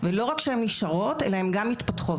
ולא רק שהן נשארות אלא שהן גם מתפתחות.